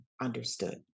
understood